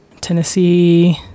Tennessee